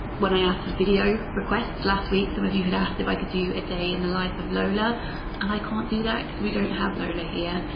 but i asked for video requests last week some of you had asked if i could do a day in the life of lola and i can't do that because we don't have lola here,